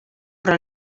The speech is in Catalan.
però